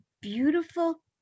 beautiful